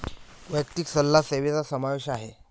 वैयक्तिक सल्ला सेवेचा समावेश आहे